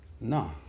No